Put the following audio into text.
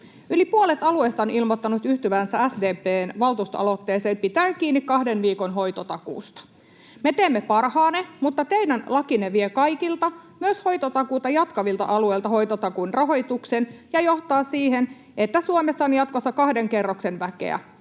Yli puolet alueista on ilmoittanut yhtyvänsä SDP:n valtuustoaloitteeseen pitäen kiinni kahden viikon hoitotakuusta. Me teemme parhaamme, mutta teidän lakinne vie kaikilta, myös hoitotakuuta jatkavilta alueilta, hoitotakuun rahoituksen ja johtaa siihen, että Suomessa on jatkossa kahden kerroksen väkeä: